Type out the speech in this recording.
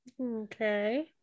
Okay